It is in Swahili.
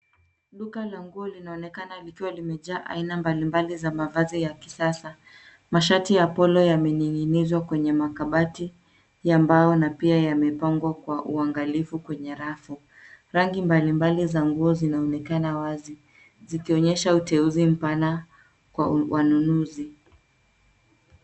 Duka la nguo linaonekana likiwa limejaa aina mbalimbali za mavazi ya kisasa. Masharti ya polo yameningzwa kwenye makabati ya mbao na pia yamepangwa kwa uangalifu kwenye rafu. Rangi mbalimbali za nguo zinaonekana wazi zikionyesha uteuzi mpana kwa wanunuzi.